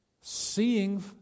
seeing